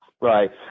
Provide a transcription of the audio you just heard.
Right